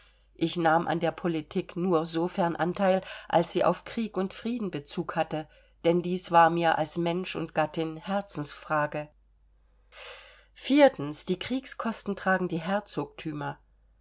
ich nahm an der politik nur sofern anteil als sie auf krieg und frieden bezug hatte denn dies war mir als mensch und gattin herzensfrage die kriegskosten tragen die herzogtümer